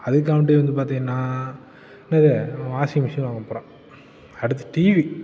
அதுக்காண்டி வந்து வந்து பார்த்தீங்கன்னா என்னது நம்ம வாஷிங் மிஷின் வாங்கப்போகிறேன் அடுத்து டிவி